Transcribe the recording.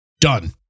done